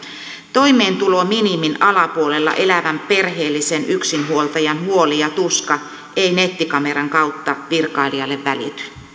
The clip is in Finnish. toimeentulominimin alapuolella elävän perheellisen yksinhuoltajan huoli ja tuska ei nettikameran kautta virkailijalle välity